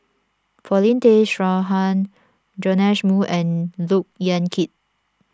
Paulin Tay Straughan Joash Moo and Look Yan Kit